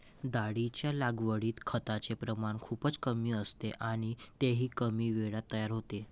डाळींच्या लागवडीत खताचे प्रमाण खूपच कमी असते आणि तेही कमी वेळात तयार होते